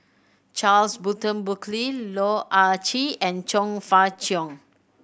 Charles Burton Buckley Loh Ah Chee and Chong Fah Cheong